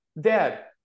dad